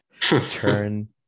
turn